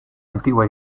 antigua